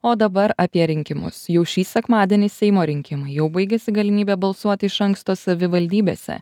o dabar apie rinkimus jau šį sekmadienį seimo rinkimai jau baigėsi galimybė balsuoti iš anksto savivaldybėse